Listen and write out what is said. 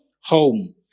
home